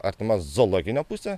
artima zoologinio pusė